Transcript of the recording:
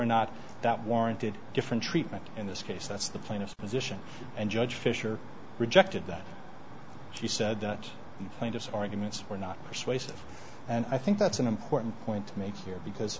or not that warranted different treatment in this case that's the plaintiff's position and judge fisher rejected that she said the plaintiff's arguments were not persuasive and i think that's an important point to make here because